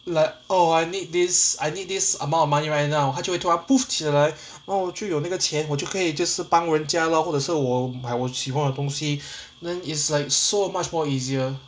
like oh I need this I need this amount of money right now 它就会突然 起来我就有那个钱我就可以就是帮人家 lor 或者是我买我喜欢的东西 then it's like so much more easier